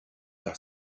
par